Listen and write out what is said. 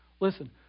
Listen